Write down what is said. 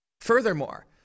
Furthermore